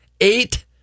eight